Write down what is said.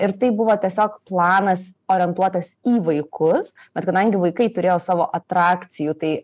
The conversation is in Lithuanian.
ir tai buvo tiesiog planas orientuotas į vaikus bet kadangi vaikai turėjo savo atrakcijų tai